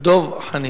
דב חנין.